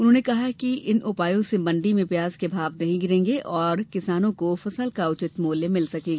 उन्होंने कहा कि इन उपायों से मंडी में प्याज के भाव नहीं गिरेंगे और किसानों को फसल का उचित मूल्य मिल सकेगा